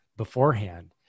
beforehand